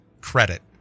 credit